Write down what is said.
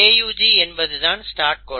AUG என்பதுதான் start கோடன்